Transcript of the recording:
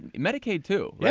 medicaid, too. yeah